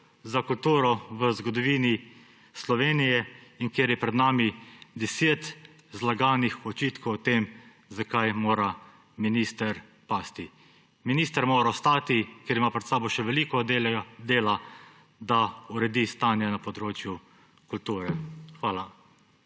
za kulturo v zgodovini Slovenije, in kjer je pred nami 10 zlaganih očitkov o tem, zakaj mora minister pasti. Minister mora ostati, ker ima pred sabo še veliko dela, da uredi stanje na področju kulture. Hvala.